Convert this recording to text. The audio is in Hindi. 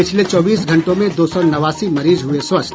पिछले चौबीस घंटों में दो सौ नवासी मरीज हुए स्वस्थ